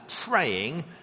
praying